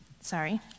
Sorry